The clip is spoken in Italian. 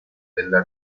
della